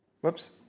Whoops